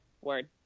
Word